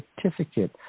certificate